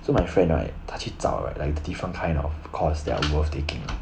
so my friend right 他去找 right like the different kind of course that are worth taking